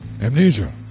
Amnesia